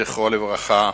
זכרו לברכה,